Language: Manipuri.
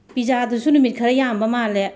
ꯄꯤꯖꯥꯗꯨꯁꯨ ꯅꯨꯃꯤꯠ ꯈꯔ ꯌꯥꯝꯕ ꯃꯥꯜꯂꯦ